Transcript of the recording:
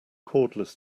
cordless